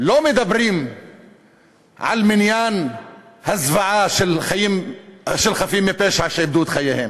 לא מדברים על מניין הזוועה של חפים מפשע שאיבדו את חייהם,